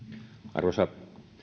arvoisa